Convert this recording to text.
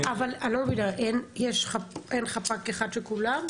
אבל אני לא מבינה, אין חפ"ק אחד של כולם?